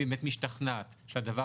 איפה אתם כלשכה משפטית שתגנו עלינו?